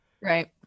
Right